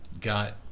got